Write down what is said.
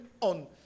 on